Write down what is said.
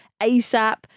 ASAP